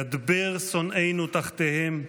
ידבר שונאינו תחתיהם,